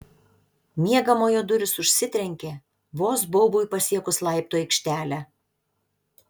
miegamojo durys užsitrenkė vos baubui pasiekus laiptų aikštelę